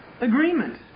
agreement